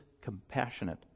compassionate